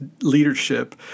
leadership